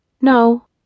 No